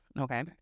Okay